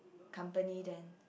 company then